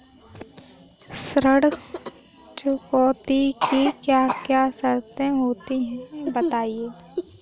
ऋण चुकौती की क्या क्या शर्तें होती हैं बताएँ?